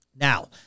Now